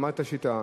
למדו את השיטה.